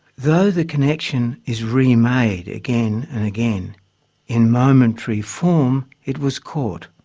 though the connection is remade again and again in momentary form it was caught,